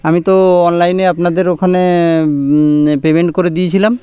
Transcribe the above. আমি তো অনলাইনে আপনাদের ওখানে পেমেন্ট করে দিয়েছিলাম